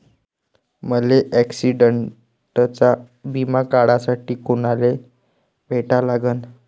मले ॲक्सिडंटचा बिमा काढासाठी कुनाले भेटा लागन?